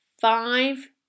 five